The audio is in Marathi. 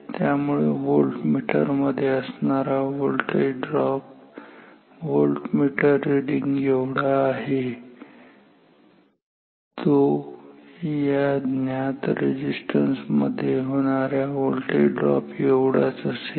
त्यामुळे व्होल्टमीटर मध्ये असणारा व्होल्टेज ड्रॉप व्होल्टमीटर रिडींग एवढा आहे तो या ज्ञात रेझिस्टन्स मध्ये होणाऱ्या व्होल्टेज ड्रॉप एवढाच असेल